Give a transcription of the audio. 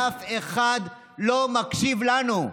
אף אחד לא מקשיב לנו.